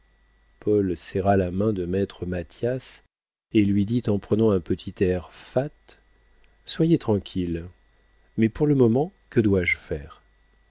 paul serra la main de maître mathias et lui dit en prenant un petit air fat soyez tranquille mais pour le moment que dois-je faire